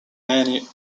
many